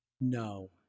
No